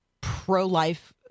pro-life